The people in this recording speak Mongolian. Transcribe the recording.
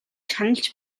шаналж